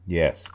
yes